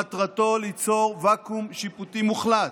מטרתו ליצור וקום שיפוטי מוחלט.